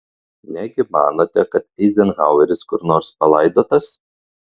negi manote kad eizenhaueris kur nors palaidotas